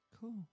Cool